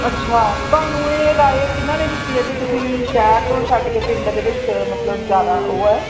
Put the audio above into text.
ਅੱਛਾ ਤੁਹਾਨੂੰ ਇਹ ਰਾਏ ਕਿਹਨਾਂ ਨੇ ਦਿੱਤੀ ਹੈ ਕਿ ਤੁਸੀਂ ਸ਼ਹਿਰ ਤੋਂ ਛੱਡ ਕੇ ਪਿੰਡ ਦੇ ਵਿੱਚ ਮਤਲਬ ਜ਼ਿਆਦਾ ਉਹ ਹੈ